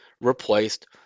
replaced